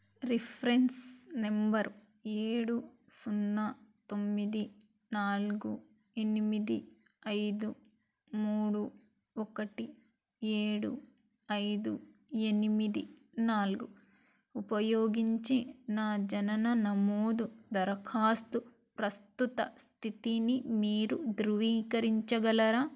reference number ఏడు సున్నా తొమ్మిది నాలుగు ఎనిమిది ఐదు మూడు ఒకటి ఏడు ఐదు ఎనిమిది నాల్గు ఉపయోగించి నా జనన నమోదు దరఖాస్తు ప్రస్తుత స్థితిని మీరు ధృవీకరించగలరా